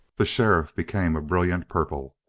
the sheriff became a brilliant purple.